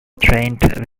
trained